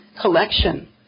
collection